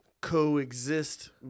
coexist